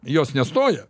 jos nestoja